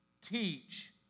teach